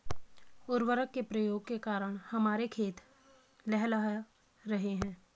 उर्वरक के प्रयोग के कारण हमारे खेत लहलहा रहे हैं